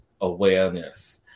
awareness